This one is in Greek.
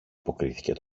αποκρίθηκε